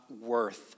worth